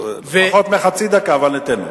פחות מחצי דקה, אבל ניתן לו.